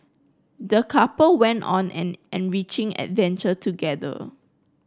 the couple went on an enriching adventure together